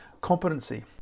competency